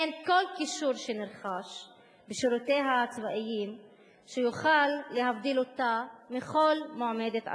אין כל כישור שנרכש בשירותה הצבאי שיכול להבדיל אותה מכל מועמדת אחרת.